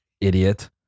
idiot